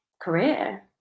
career